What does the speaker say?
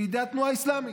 בידי התנועה האסלאמית.